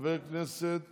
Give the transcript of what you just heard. חבר כנסת